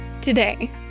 Today